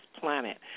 planet